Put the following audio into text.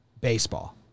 baseball